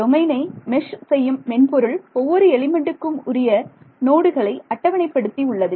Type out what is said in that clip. டொமைனை மெஷ் செய்யும் மென்பொருள் ஒவ்வொரு எலிமெண்ட்டுக்கு உரிய நோடுகளை அட்டவணைப்படுத்தி உள்ளது